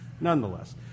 nonetheless